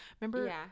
remember